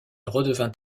redevint